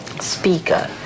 speaker